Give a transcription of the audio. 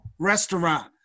Restaurant